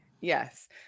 Yes